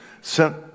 sent